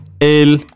el